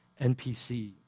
NPC